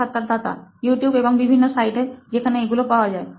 সাক্ষাৎকারদাতা ইউটিউব এবং বিভিন্ন সাইটে যেখানে এগুলো পাওয়া যায়